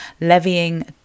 levying